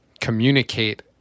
communicate